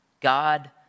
God